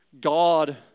God